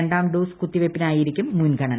രണ്ടാം ഡ്ടോസ് കുത്തിവയ്പ്പിനായിരിക്കും മുൻഗണന